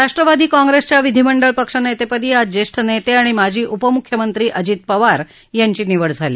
राष्ट्र्वादी काँप्रेसच्या विधीमंडळ पक्ष नेतेपदी आज ज्येष्ठ नेते आणि माजी उपमुख्यमंत्री अजित पवार यांची निवड झाली